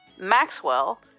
Maxwell